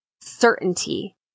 certainty